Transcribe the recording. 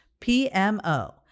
PMO